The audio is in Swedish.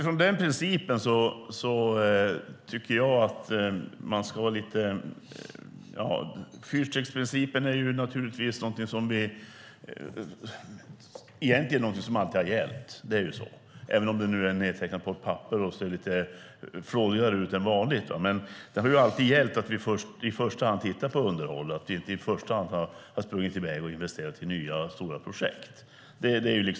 Fyrstegsprincipen är naturligtvis något som egentligen alltid har gällt, även om den nu är nedtecknad på papper och ser lite flådigare ut än vanligt. Det har ju alltid gällt att i första hand titta på behovet av underhåll och inte springa i väg och investera i nya, stora projekt.